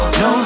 no